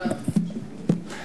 6257 ו-6258.